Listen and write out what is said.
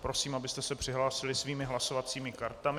Prosím, abyste se přihlásili svými hlasovacími kartami.